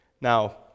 Now